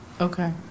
Okay